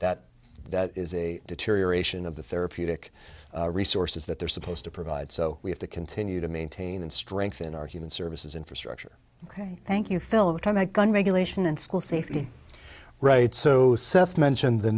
that is a deterioration of the therapeutic resources that they're supposed to provide so we have to continue to maintain and strengthen our human services infrastructure ok thank you film tonight gun regulation and school safety right so mentioned the